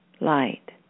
light